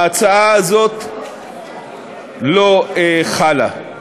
ההצעה הזאת לא חלה.